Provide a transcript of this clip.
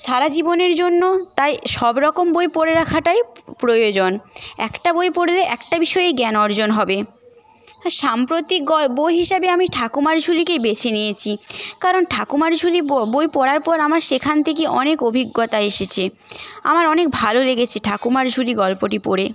সারা জীবনের জন্য তাই সবরকম বই পড়ে রাখাটাই প্রয়োজন একটা বই পড়লে একটা বিষয়েই জ্ঞান অর্জন হবে সাম্প্রতিক বই হিসেবে আমি ঠাকুমার ঝুলিকেই বেছে নিয়েছি কারণ ঠাকুমার ঝুলি বই পড়ার পর আমার সেখান থেকেই অনেক অভিজ্ঞতা এসেছে আমার অনেক ভালো লেগেছে ঠাকুমার ঝুলি গল্পটি পড়ে